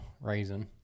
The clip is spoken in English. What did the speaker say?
raisin